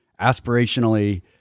aspirationally